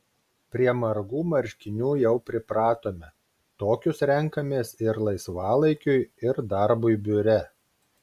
prie margų marškinių jau pripratome tokius renkamės ir laisvalaikiui ir darbui biure